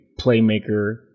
playmaker